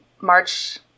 March